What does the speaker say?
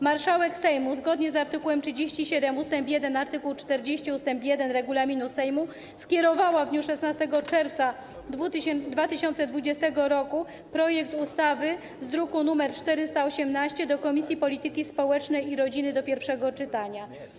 Marszałek Sejmu, zgodnie z art. 37 ust. 1 i art. 40 ust. 1 regulaminu Sejmu, skierowała w dniu 16 czerwca 2020 r. projekt ustawy z druku nr 418 do Komisji Polityki Społecznej i Rodziny do pierwszego czytania.